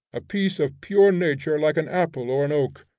a piece of pure nature like an apple or an oak,